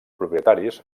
propietaris